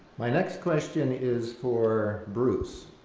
my next question is for bruce.